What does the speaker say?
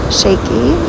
shaky